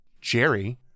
Jerry